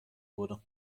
wurde